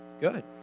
good